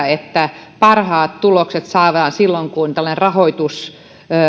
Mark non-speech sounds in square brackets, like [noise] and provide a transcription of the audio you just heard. [unintelligible] että parhaat tulokset saadaan silloin kun tällainen rahoitus